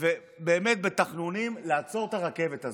ובאמת בתחנונים, לעצור את הרכבת הזאת,